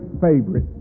favorite